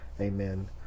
amen